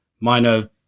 minor